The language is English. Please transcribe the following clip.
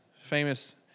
famous